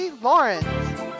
Lawrence